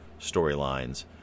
storylines